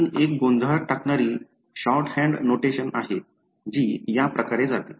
यासाठी आणखी एक गोंधळात टाकणारी शॉर्टहँड नोटेशन आहे जी याप्रकारे जाते